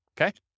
Okay